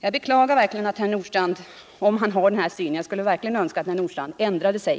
Jag beklagar verkligen om herr Nordstrandh har den här synen, och jag skulle önska att han ändrade sig.